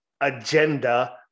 agenda